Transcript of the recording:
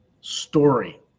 story